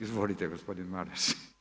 Izvolite gospodine Maras.